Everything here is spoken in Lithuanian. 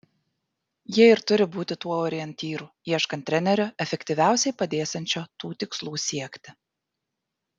jie ir turi būti tuo orientyru ieškant trenerio efektyviausiai padėsiančio tų tikslų siekti